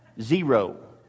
Zero